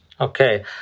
Okay